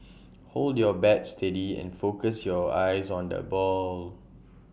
hold your bat steady and focus your eyes on the ball